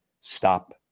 stop